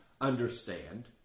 understand